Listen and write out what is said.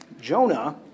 Jonah